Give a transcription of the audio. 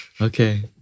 Okay